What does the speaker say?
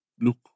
look